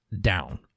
down